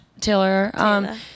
Taylor